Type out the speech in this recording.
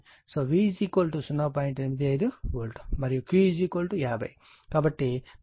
85 volt మరియు Q 50 కాబట్టి 42